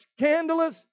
scandalous